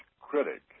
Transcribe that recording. critic